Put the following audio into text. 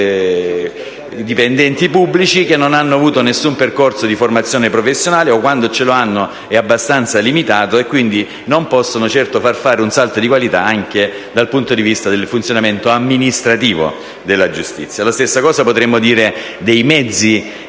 dipendenti pubblici che non hanno avuto nessun percorso di formazione professionale o, quando l'hanno avuto, è stato abbastanza limitato; quindi non possono certo far fare un salto di qualità dal punto di vista del funzionamento amministrativo della giustizia. La stessa cosa potremmo dire della